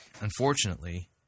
unfortunately